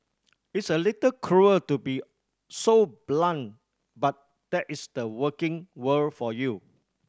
it's a little cruel to be so blunt but that is the working world for you